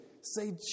Say